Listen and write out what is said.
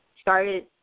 started